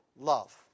love